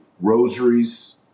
rosaries